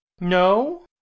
No